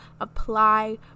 Apply